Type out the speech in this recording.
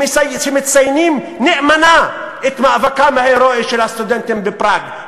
שמציינים נאמנה את מאבקם ההירואי של הסטודנטים בפראג,